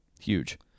Huge